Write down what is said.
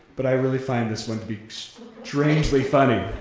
but i really find this one to be strangely funny,